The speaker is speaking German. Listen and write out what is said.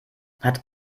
hat